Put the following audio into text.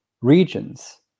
regions